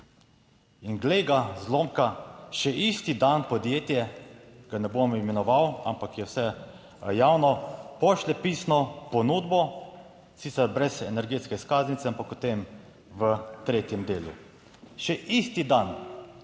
In glej ga zlomka, še isti dan podjetje, ga ne bom imenoval, ampak je vse javno, pošlje pisno ponudbo, sicer brez energetske izkaznice, ampak o tem v tretjem delu. Še isti dan, ko je